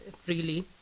freely